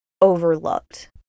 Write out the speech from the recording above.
Overlooked